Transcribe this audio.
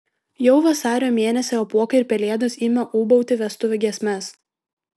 jau vasario mėnesį apuokai ir pelėdos ima ūbauti vestuvių giesmes